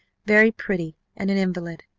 very pretty, and an invalid.